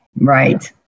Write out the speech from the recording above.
Right